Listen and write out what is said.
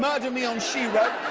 murder me on shewrote.